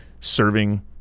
serving